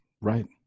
Right